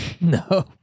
No